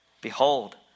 behold